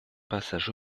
passage